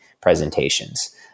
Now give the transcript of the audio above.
presentations